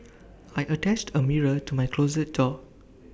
I attached A mirror to my closet door